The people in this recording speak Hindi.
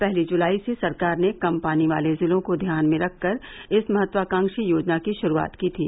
पहली जुलाई से सरकार ने कम पानी वाले जिलों को ध्यान में रखकर इस महत्वाकांक्षी योजना की शुरुआत की थी